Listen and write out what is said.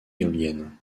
éolienne